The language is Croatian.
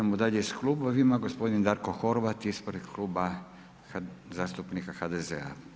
Idemo dalje s klubovima, gospodin Darko Horvat ispred kluba zastupnika HDZ-a.